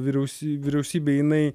vyriausy vyriausybė jinai